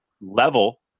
level